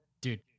Dude